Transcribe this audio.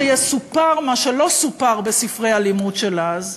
שיסופר מה שלא סופר בספרי הלימוד של אז.